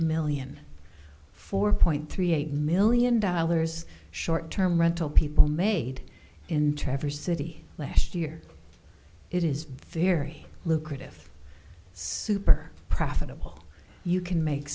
million four point three eight million dollars short term rental people made in traverse city last year it is very lucrative super profitable you can make